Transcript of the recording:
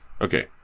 Okay